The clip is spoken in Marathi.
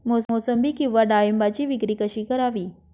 मोसंबी किंवा डाळिंबाची विक्री कशी करावी?